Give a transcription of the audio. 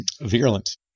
virulent